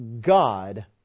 God